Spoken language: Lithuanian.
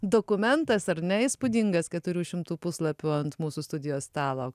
dokumentas ar ne įspūdingas keturių šimtų puslapių ant mūsų studijos stalo